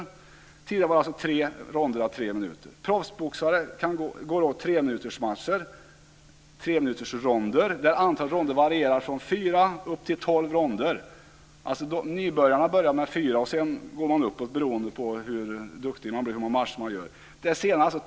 Tidigare var det alltså tre ronder à tre minuter. Proffsboxare går treminutersronder. Antalet ronder varierar från fyra upp till tolv. Nybörjarna går fyra ronder. Sedan går de uppåt beroende på hur duktiga de är och hur många matcher de har gått.